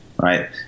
Right